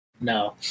no